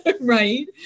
right